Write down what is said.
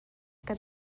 kan